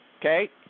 okay